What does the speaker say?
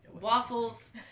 waffles